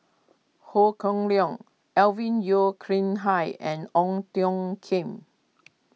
Ho Kah Leong Alvin Yeo Khirn Hai and Ong Tiong Khiam